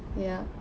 ya